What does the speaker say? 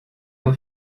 ela